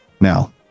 Now